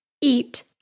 eat